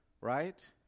right